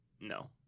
No